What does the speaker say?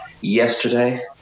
yesterday